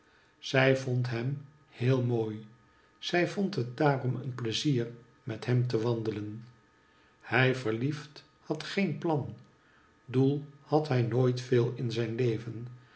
zij vond hem heel mooi zij vond het dairom een pleizier met hem te wandelen hij verliefd had geen plan doel had hij nooit veel in zijn leven